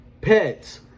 pets